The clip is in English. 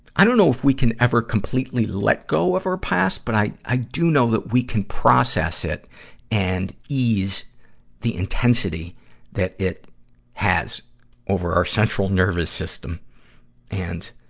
i don't know if we can ever completely let go of our past. but i, i do know that we can process it and ease the intensity that it has over our central nervous system and,